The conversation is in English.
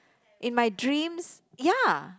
in my dreams ya